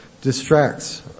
distracts